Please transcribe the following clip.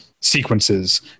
sequences